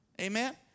Amen